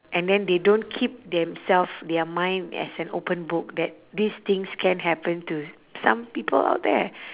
and then they don't keep themself their mind as an open book that these things can happen to some people out there